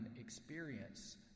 experience